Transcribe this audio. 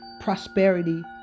prosperity